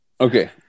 Okay